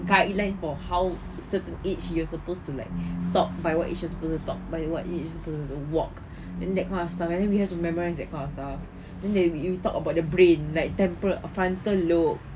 guidelines for how certain age you're supposed to like talk by what age you are supposed to talk by what age you need to walk then that kind of stuff but we have to memorize that kind of stuff then we talk about the brain like temporal frontal lobe